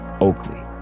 Oakley